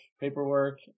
paperwork